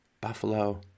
Buffalo